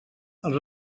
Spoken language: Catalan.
els